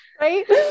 Right